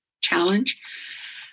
challenge